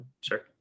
Sure